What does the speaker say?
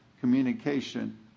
communication